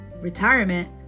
retirement